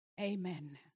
Amen